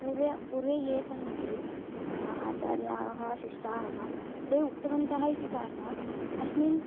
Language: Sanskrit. पूर्वे पूर्वे ये सन्ति आचार्याः शिष्टाःवा ते उक्तवन्तः इति कारणात् अस्यां